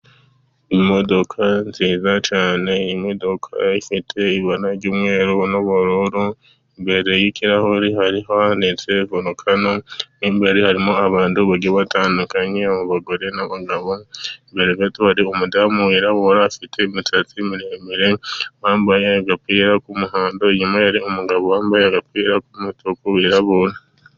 Imodoka nziza cyane, iyi modokaka ifite ibara ry'umweru n'ubururu, imbere y'ikirahure hariho handitse volukano, harimo abandi batandukanye abagore n'abagabo, imbere gato hari umudamu wirabura afite umusatsi muremure wambaye agapira k'umuhondo, inyuma ye hari umugabo wambaye agapira k'umutuku wirabura.